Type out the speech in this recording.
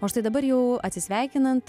o štai dabar jau atsisveikinant